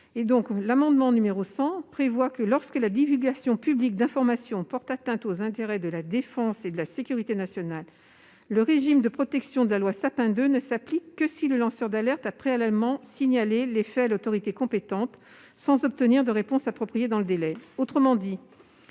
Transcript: L'amendement n° 100 prévoit que, lorsque la divulgation publique d'informations « porte atteinte aux intérêts de la défense et de la sécurité nationale », le régime de protection de la loi Sapin II ne s'applique que si le lanceur d'alerte a préalablement signalé les faits à l'autorité compétente, sans obtenir de réponse appropriée dans le délai.